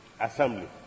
assembly